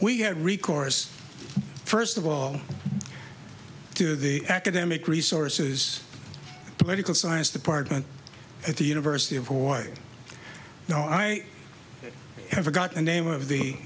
we had recourse first of all to the academic resources political science department at the university of hawaii no i haven't got a name of the